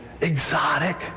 exotic